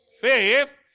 Faith